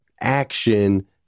action